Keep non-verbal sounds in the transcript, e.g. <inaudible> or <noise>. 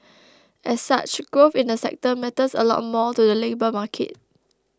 <noise> as such growth in the sector matters a lot more to the labour market